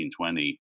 1920